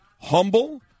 humble